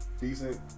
decent